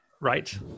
Right